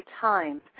time